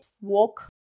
walk